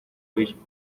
abismo